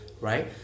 Right